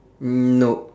no